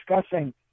discussing